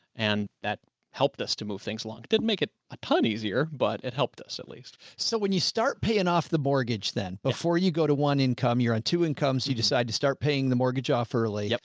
and that helped us to move things along. it didn't make it a ton easier, but it helped us at least. joe so when you start paying off the mortgage, then before you go to one income, you're on two incomes. you decide to start paying the mortgage off early. yeah